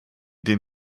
den